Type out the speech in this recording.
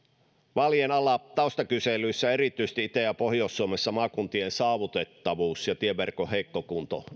vaalien alla taustakyselyissä erityisesti itä ja pohjois suomessa maakuntien saavutettavuus ja tieverkon heikko kunto